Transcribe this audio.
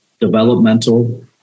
developmental